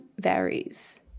varies